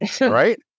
right